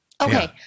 Okay